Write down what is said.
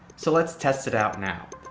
so let's test it out now.